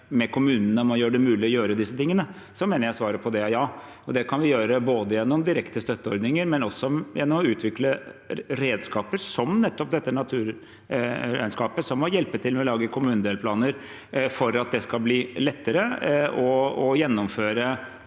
med kommunene om å gjøre det mulig å gjøre disse tingene, mener jeg svaret på det er ja. Det kan vi gjøre både gjennom direkte støtteordninger og gjennom å utvikle redskaper som nettopp dette naturregnskapet og å hjelpe til med å lage kommunedelplaner for at det skal bli lettere å gjennomføre